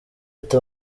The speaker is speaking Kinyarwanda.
ati